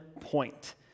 point